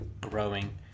growing